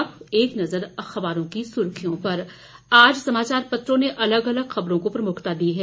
अब एक नज़र अखबारों की सुर्खियों पर आज समाचार पत्रों ने अलग अलग ख़बरों को प्रमुखता दी है